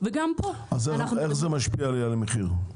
וגם פה --- איך זה משפיע על המחיר,